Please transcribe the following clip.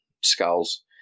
skulls